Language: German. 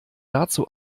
dazu